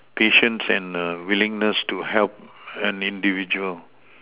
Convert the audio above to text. patience and err willingness to help an individual